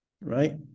right